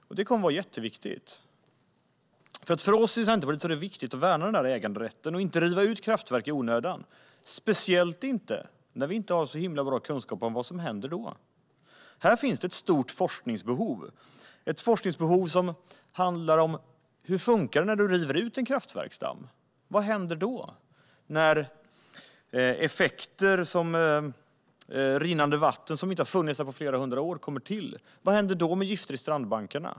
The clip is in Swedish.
Det kommer att vara jätteviktigt. För oss i Centerpartiet är det nämligen viktigt att värna äganderätten och inte i onödan riva ut kraftverk, speciellt inte när vi inte har så himla bra kunskap om vad som händer då. Här finns ett stort forskningsbehov, ett forskningsbehov som handlar om hur det funkar när man river ut en kraftverksdamm. Vad får det för effekter när till exempel rinnande vatten, som inte har funnits där på flera hundra år, kommer till? Vad händer med gifter i strandbankarna?